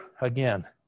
again